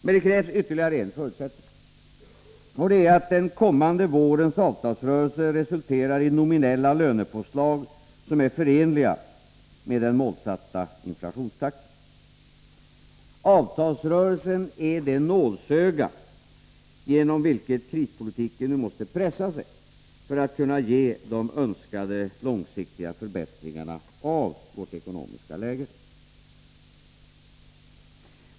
Men ytterligare en förutsättning är att den kommande vårens avtalsrörelse resulterar i nominella lönepåslag som är förenliga med den målsatta inflationstakten. Avtalsrörelsen är det nålsöga genom vilket krispolitiken nu måste pressa sig för att kunna ge de önskade långsiktiga förbättringarna av vårt ekonomiska läge.